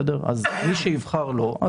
מי שיבחר לא,